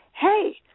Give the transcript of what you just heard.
Hey